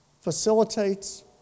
facilitates